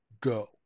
go